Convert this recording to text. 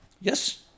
yes